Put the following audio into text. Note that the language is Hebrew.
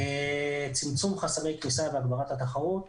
צמצום חסמי כניסה והגברת התחרות,